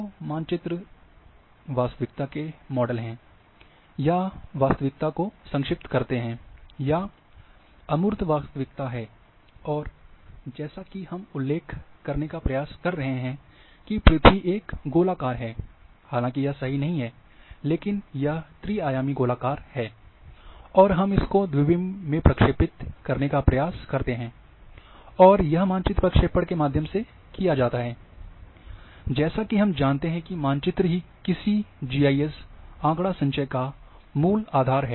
तो मानचित्र वास्तविकता के मॉडल हैं या वास्तविकता को संक्षिप्त करते हैं या अमूर्त वास्तविकता है और जैसा कि हम उल्लेख करने का प्रयास कर रहे हैं कि पृथ्वी एक गोलाकार है हालांकि यह सही नहीं है लेकिन यह त्री आयामी गोलाकार है और हम इसको द्विविम में प्रक्षेपित करने का प्रयास करते हैं और यह मानचित्र प्रक्षेपण के माध्यम से किया जाता है और जैसा कि हम जानते हैं कि मानचित्र ही किसी भी जीआईएस आँकड़ासंचय का मूल आधार हैं